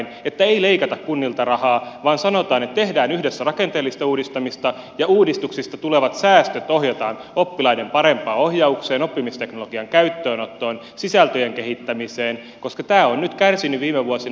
eli ei leikata kunnilta rahaa vaan sanotaan että tehdään yhdessä rakenteellista uudistamista ja uudistuksista tulevat säästöt ohjataan oppilai den parempaan ohjaukseen oppimisteknologian käyttöönottoon sisältöjen kehittämiseen koska tämä on kärsinyt viime vuosina